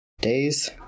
days